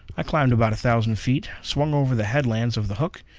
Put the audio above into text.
i climbed about a thousand feet, swung over the headlands of the hook,